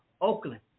Oakland